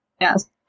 yes